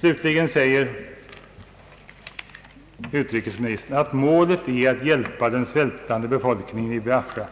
Slutligen säger utrikesministern att målet är att hjälpa den svältande befolkningen i Biafra.